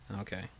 Okay